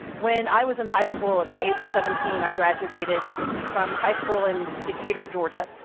when i was in high school at the age of seventeen i graduated from high school in decatur, georgia,